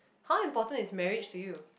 how important is marriage to you